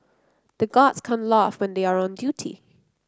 the guards can't laugh when they are on duty